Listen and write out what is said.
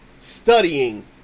studying